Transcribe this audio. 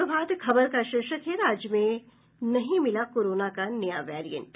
प्रभात खबर का शीर्षक है राज्य में नहीं मिला कोरोना का नया वैरिएंट